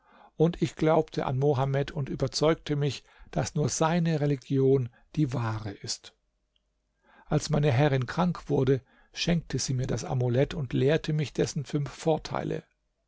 und ich glaubte an mohammed und überzeugte mich daß nur seine religion die wahre ist als meine herrin krank wurde schenkte sie mir das amulett und lehrte mich dessen fünf vorteile